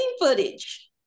footage